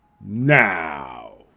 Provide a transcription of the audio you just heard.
Now